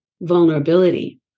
vulnerability